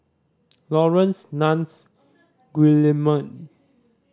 Laurence Nunns Guillemard